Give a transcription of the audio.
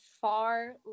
far